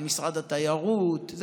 למשרד התיירות,